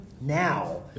Now